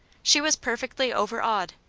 she was perfectly overawed.